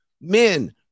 Men